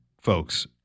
folks